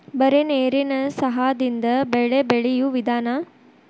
ಬರೇ ನೇರೇನ ಸಹಾದಿಂದ ಬೆಳೆ ಬೆಳಿಯು ವಿಧಾನಾ